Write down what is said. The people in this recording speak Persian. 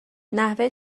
نحوه